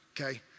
okay